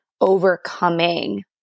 overcoming